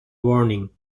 warning